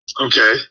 Okay